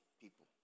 people